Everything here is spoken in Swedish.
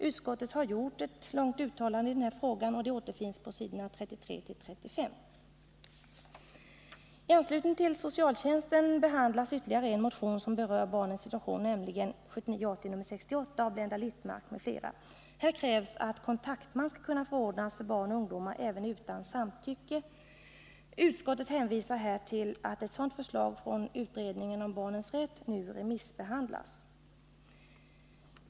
Utskottet har gjort ett långt uttalande i den här frågan, och det återfinns på s. 33-35. I anslutning till socialtjänsten behandlas ytterligare en motion som berör barnens situation, nämligen motion 1979/80:68 av Blenda Littmarck m.fl. Här krävs att kontaktman skall kunna ordnas för barn och ungdom även utan samtycke. Utskottet hänvisar här till att ett sådant förslag från utredningen om barnens rätt nu remissbehandlas.